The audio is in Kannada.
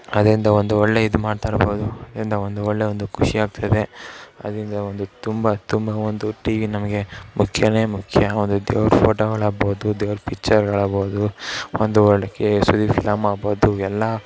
ಅದರಿಂದ ಒಂದು ಒಳ್ಳೆ ಇದು ಮಾತಾಡ್ಬೋದು ಅದರಿಂದ ಒಂದು ಒಳ್ಳೆಯ ಒಂದು ಖುಷಿ ಆಗ್ತದೆ ಅದರಿಂದ ಒಂದು ತುಂಬ ತುಂಬ ಒಂದು ಟಿವಿ ನಮಗೆ ಮುಖ್ಯನೇ ಮುಖ್ಯ ಒಂದು ದೇವ್ರ ಫೋಟೋಗಳು ಆಗ್ಬೋದು ದೇವ್ರ ಪಿಚ್ಚರ್ಗಳಾಗ್ಬೋದು ಒಂದು ಒಳ್ಳೆಯ ಕೇ ಸುದೀಪ್ ಫಿಲಮ್ ಆಗ್ಬೋದು ಎಲ್ಲ